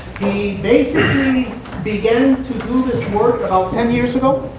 he basically began to do this work about ten years ago.